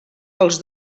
els